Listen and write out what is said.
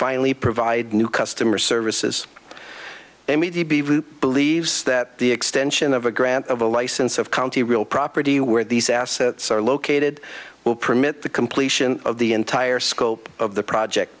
finally provide new customer services they need to be believes that the extension of a grant of a license of county real property where these assets are located will permit the completion of the entire scope of the project